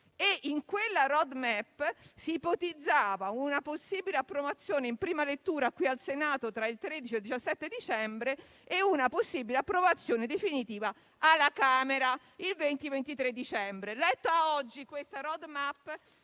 e in quella *road map* si ipotizzava una possibile approvazione in prima lettura qui al Senato tra il 13 e il 17 dicembre e una possibile approvazione definitiva alla Camera tra il 20 e il 23 dicembre. Letta oggi la *road map*